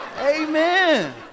Amen